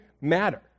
matter